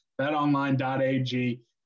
betonline.ag